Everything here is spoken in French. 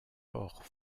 ports